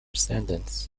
sentence